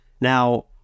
Now